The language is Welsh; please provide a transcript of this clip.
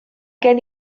gen